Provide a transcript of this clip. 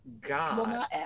God